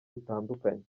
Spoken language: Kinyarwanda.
butandukanye